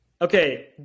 Okay